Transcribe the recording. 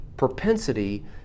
propensity